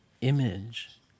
image